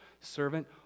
servant